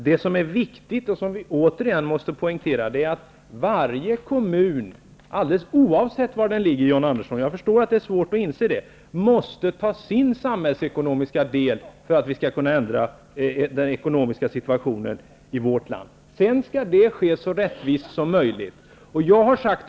Det som är viktigt och som vi återigen måste poängtera är att varje kommun, oavsett var den ligger, måste ta sin samhällsekonomiska del för att vi skall kunna ändra den ekonomiska situationen i vårt land. Jag förstår att John Andersson har svårt att inse det. Sedan skall det ske så rättvist som möjligt.